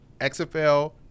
XFL